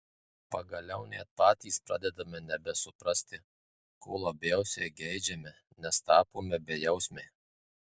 pagaliau net patys pradedame nebesuprasti ko labiausiai geidžiame nes tapome bejausmiai